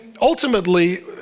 ultimately